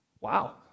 Wow